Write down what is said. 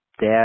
dad